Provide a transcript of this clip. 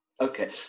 okay